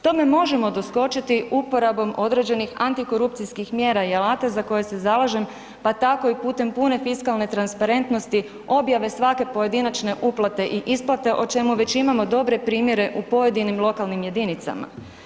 Tome možemo doskočiti uporabom određenih antikorupcijskih mjera i alata za koje se zalažem, pa tako i putem pune fiskalne transparentnosti objave svake pojedinačne uplate i isplate, o čemu već imamo dobre primjere u pojedinim lokalnim jedinicama.